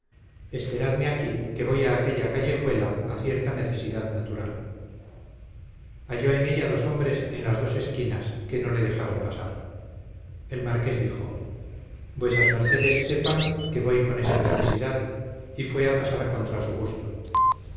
esperadme aquí que voy a aquella callejuela a cierta necesidad natural halló en ella dos hombres en las dos esquinas que no le dejaron pasar el marqués dijo vuesas mercedes sepan que voy con esta necesidad y fue a pasar contra su gusto